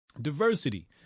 Diversity